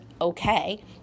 Okay